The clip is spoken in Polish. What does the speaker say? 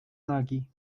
nagi